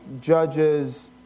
judges